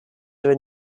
were